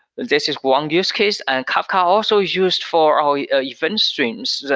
this is one use case, and kafka also is used for our event streams.